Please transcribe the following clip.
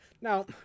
Now